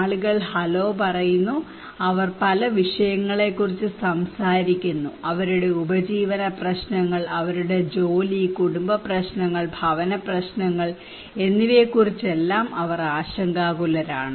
ആളുകൾ ഹലോ പറയുന്നു അവർ പല വിഷയങ്ങളെക്കുറിച്ച് സംസാരിക്കുന്നു അവരുടെ ഉപജീവന പ്രശ്നങ്ങൾ അവരുടെ ജോലി കുടുംബ പ്രശ്നങ്ങൾ ഭവന പ്രശ്നങ്ങൾ എന്നിവയെക്കുറിച്ചെല്ലാം അവർ ആശങ്കാകുലരാണ്